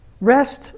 rest